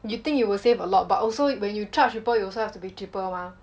you think you will save a lot but also when you charge people you also have to be cheaper mah